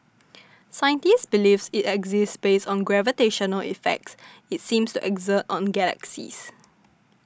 scientists believe it exists based on gravitational effects it seems to exert on galaxies